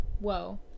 Whoa